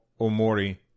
Omori